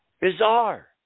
bizarre